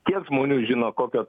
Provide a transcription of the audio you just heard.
kiek žmonių žino kokio